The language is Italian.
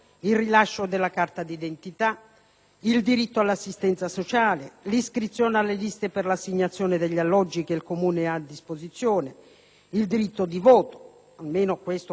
il diritto all'assistenza sociale, l'iscrizione alle liste per l'assegnazione degli alloggi che il comune ha a disposizione, il diritto di voto nelle elezioni politiche e amministrative